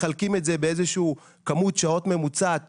מחלקים את זה באיזושהי כמות שעות ממוצעת